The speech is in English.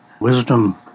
wisdom